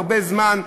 הרבה זמן,